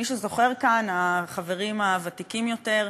מי שזוכר כאן, החברים הוותיקים יותר,